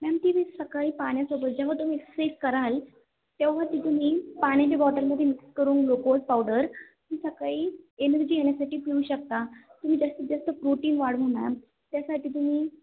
ma'am ती मी सकाळी पाण्यासोबत जेव्हा तुम्ही सिप कराल तेव्हा ती तुम्ही पाण्याच्या बॉटलमध्ये मिक्स करून ग्लुकोज पावडर ती सकाळी एनर्जी येण्यासाठी पिऊ शकता तुम्ही जास्तीत जास्त प्रोटीन वाढू मॅम त्यासाठी तुम्ही